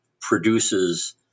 produces